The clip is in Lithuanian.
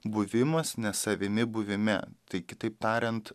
buvimas ne savimi buvime tai kitaip tariant